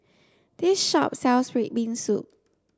this shop sells red bean soup